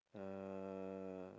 uh